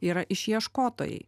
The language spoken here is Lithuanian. yra išieškotojai